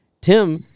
Tim